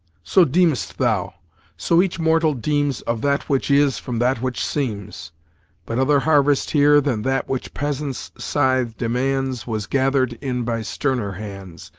so deem'st thou so each mortal deems of that which is from that which seems but other harvest here than that which peasant's scythe demands, was gather'd in by sterner hands,